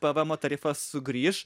pv emo tarifas sugrįš